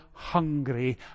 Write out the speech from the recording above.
hungry